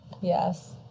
yes